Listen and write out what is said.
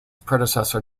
predecessor